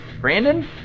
Brandon